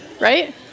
right